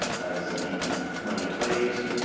as the money is raised